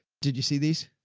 did you see these?